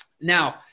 Now